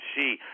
see